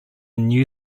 new